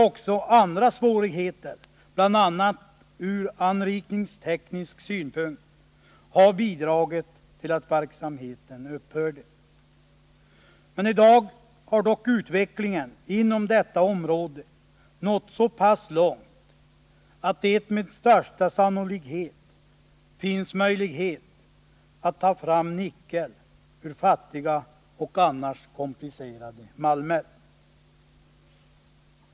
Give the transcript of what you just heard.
Också andra svårigheter, bl.a. ur anrikningsteknisk synpunkt, torde ha bidragit till att verksamheten upphörde. I dag har dock utvecklingen inom detta område nått så pass långt att det med största sannolikhet finns möjlighet att ta fram nickel ur fattiga och i övrigt komplicerade malmer.